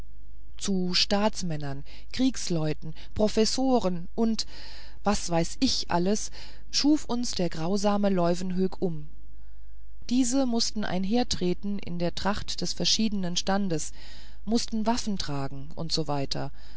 zu staatsmännern kriegsleuten professoren und was weiß ich alles schuf uns der grausame leuwenhoek um diese mußten einhertreten in der tracht des verschiedenen standes mußten waffen tragen u s